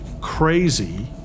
crazy